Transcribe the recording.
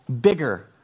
bigger